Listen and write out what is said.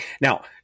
now